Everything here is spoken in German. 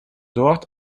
dort